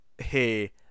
hey